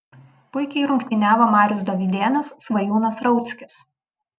puikiai rungtyniavo marius dovydėnas svajūnas rauckis